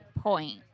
point